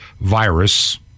virus